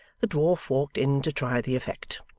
the dwarf walked in to try the effect.